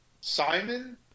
Simon